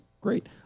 great